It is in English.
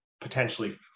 potentially